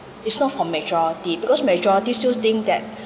it's not for majority because majority still think that